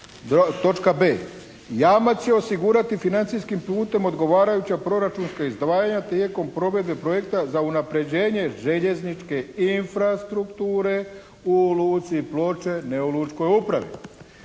Točka b) jamac će osigurati financijskim putem odgovarajuća proračunska izdvajanja tijekom provedbe projekta za unapređenje željezničke infrastrukture u luci Ploče, ne u lučkoj upravi.